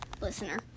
listener